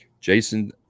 Jason